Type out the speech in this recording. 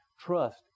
trust